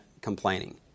complaining